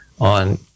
on